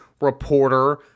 reporter-